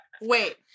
Wait